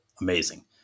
amazing